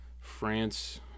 France